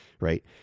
Right